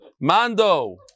Mando